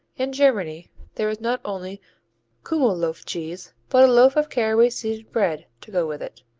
in germany there is not only kummel loaf cheese but a loaf of caraway-seeded bread to go with it.